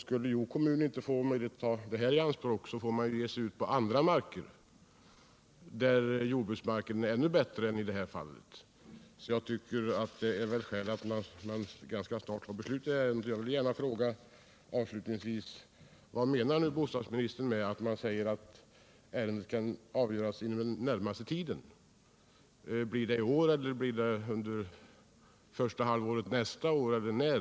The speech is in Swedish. Skulle Hjo kommun inte få möjlighet att ta detta område i anspråk, måste man ge sig ut på andra 13 områden där jordbruksmarken är ännu bättre än i det här fallet. Jag tycker det är skäl att snart fatta ett beslut i ärendet. Jag vill gärna avslutningsvis fråga: Vad menar bostadsministern när hon säger att ärendet torde kunna avgöras inom den närmaste tiden? Blir det i år, blir det första halvåret nästa år, eller när?